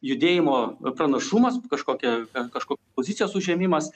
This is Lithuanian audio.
judėjimo pranašumas kažkokia ten kažko pozicijos užėmimas